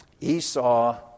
Esau